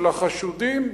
של החשודים?